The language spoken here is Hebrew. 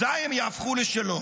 אזי הם יהפכו לשלו.